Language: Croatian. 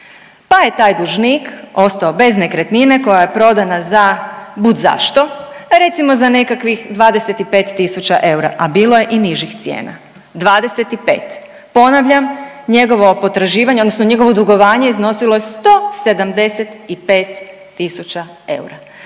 pa je taj dužnik ostao bez nekretnine koja je prodana za budzašto recimo za nekakvih 25000 eura, a bilo je i nižih cijena, 25. Ponavljam njegovo potraživanje, odnosno njegovo dugovanje je iznosilo 175000 eura.